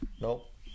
nope